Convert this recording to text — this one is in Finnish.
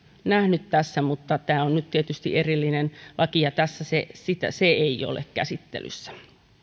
tässä mutta tämä on nyt tietysti erillinen laki ja tässä se ei ole käsittelyssä